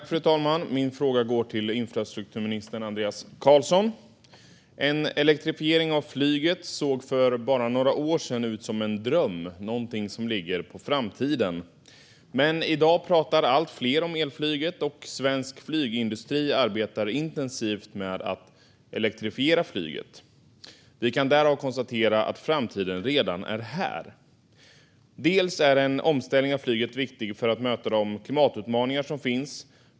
Fru talman! Min fråga går till infrastrukturminister Andreas Carlson. En elektrifiering av flyget såg för bara några år sedan ut som en dröm och något som ligger i framtiden. Men i dag pratar allt fler om elflyget, och svensk flygindustri arbetar intensivt med att elektrifiera flyget. Vi kan därför konstatera att framtiden redan är här. En omställning av flyget är viktig för att möta de klimatutmaningar som finns.